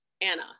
Anna